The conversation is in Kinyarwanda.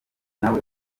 nawe